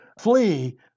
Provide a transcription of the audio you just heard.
flee